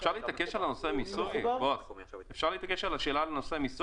אפשר להתעקש על השאלה בנושא המיסוי?